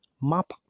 map